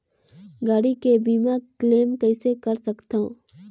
गाड़ी के बीमा क्लेम कइसे कर सकथव?